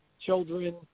children